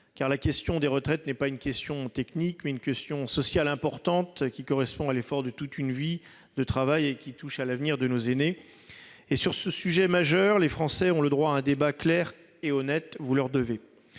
car la question des retraites est non pas une question technique, mais une question sociale importante, qui correspond à l'effort de toute une vie de travail et qui touche à l'avenir de nos aînés. Sur ce sujet majeur, les Français ont le droit à un débat clair et honnête ; vous leur devez.